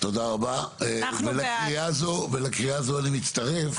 תודה רבה ולקריאה הזו אני מצטרף,